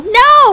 no